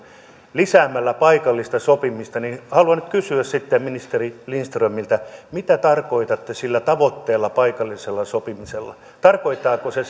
lisäämällä paikallista sopimista niin haluan kysyä sitten ministeri lindströmiltä mitä tarkoitatte sillä tavoitteella paikallisella sopimisella tarkoittaako se